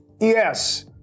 yes